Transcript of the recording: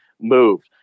moved